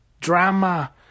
drama